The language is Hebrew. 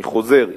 אני חוזר,